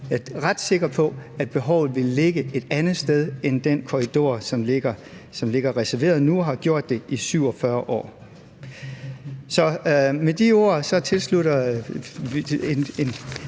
Jeg er ret sikker på, at behovet ville være et andet sted end i den korridor, som ligger reserveret nu og har gjort det i 47 år. Med de ord tilslutter